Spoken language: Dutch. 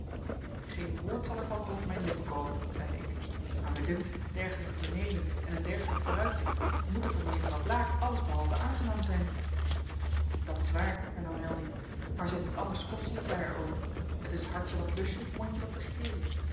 geen woord zal er van over mijn lippen komen zeide ik maar mij dunkt dergelijke tooneelen en een dergelijk vooruitzicht moeten voor mejuffrouw blaek allesbehalve aangenaam zijn dat is waar hernam helding maar zij heeft het anders kostelijk bij haar oom t is hartje wat lust je mondje wat begeer je